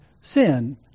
sin